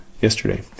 yesterday